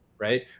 Right